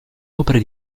opere